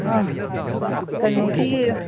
ꯑꯥ ꯀꯩꯅꯣꯒꯤ